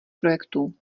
projektů